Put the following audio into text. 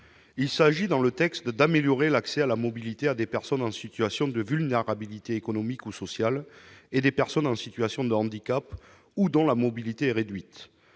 Il s'agit d'améliorer l'accès à la mobilité des personnes en situation de vulnérabilité économique ou sociale et des personnes en situation de handicap ou dont la mobilité est réduite.